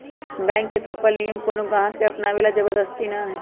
bank के थोपल नियम कोनो गाहक के अपनावे ला जबरदस्ती न हई